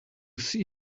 see